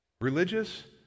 Religious